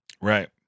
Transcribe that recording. Right